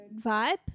vibe